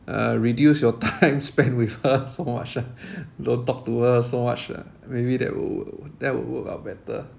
uh reduce your time spent with her so much ah don't talk to her so much lah maybe that will that will work out better